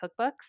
cookbooks